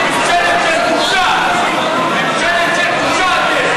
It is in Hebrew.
אני מבקשת שיישמר פה השקט.